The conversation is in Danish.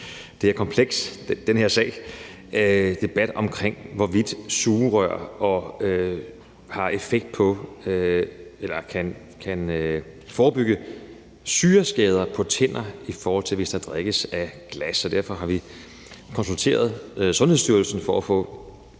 det her kompleks og den her sag debat om, hvorvidt sugerør kan forebygge syreskader på tænder, i forhold til hvis der drikkes af glas. Derfor har vi konsulteret Sundhedsstyrelsen for at få